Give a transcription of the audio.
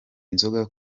inzoga